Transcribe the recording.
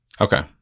Okay